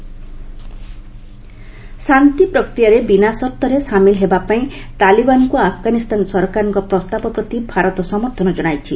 India Afghan ଶାନ୍ତି ପ୍ରକ୍ରିୟାରେ ବିନା ସର୍ତ୍ତରେ ସାମିଲ୍ ହେବାପାଇଁ ତାଲିବାନ୍କୁ ଆଫଗାନିସ୍ତାନ ସରକାରଙ୍କ ପ୍ରସ୍ତାବ ପ୍ରତି ଭାରତ ସମର୍ଥନ ଜଣାଇଛି